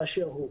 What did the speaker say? מוצר, באשר הוא.